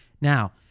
now